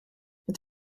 het